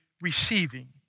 receiving